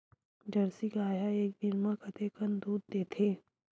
Jersey गाय ह एक दिन म कतेकन दूध देथे?